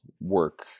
work